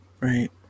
right